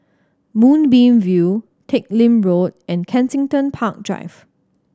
Moonbeam View Teck Lim Road and Kensington Park Drive